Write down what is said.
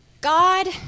God